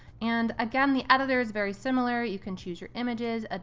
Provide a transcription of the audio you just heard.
and again, the editor is very similar. you can choose your images, ah